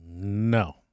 No